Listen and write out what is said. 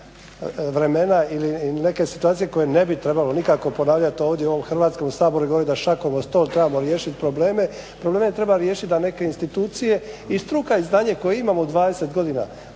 vremena ili neke situacije koje ne bi trebalo nikako ponavljati ovdje u Hrvatskom saboru i govorit da šakom o stol trebamo riješiti probleme. Probleme treba riješiti da neke institucije i struka i znanje koje imamo 20 godina